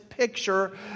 picture